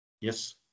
Yes